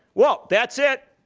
well, that's it.